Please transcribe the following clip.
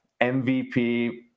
mvp